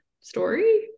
story